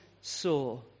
saw